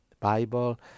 Bible